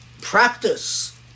practice